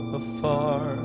afar